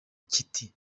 kiti